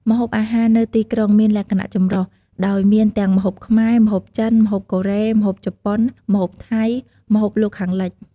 ម្ហូបអាហារនៅទីក្រុងមានលក្ខណៈចម្រុះ ដោយមានទាំងម្ហូបខ្មែរ ម្ហូបចិន ម្ហូបកូរ៉េ ម្ហូបជប៉ុន ម្ហូបថៃ ម្ហូបលោកខាងលិច។